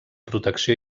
protecció